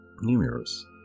numerous